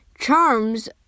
charms